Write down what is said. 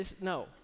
no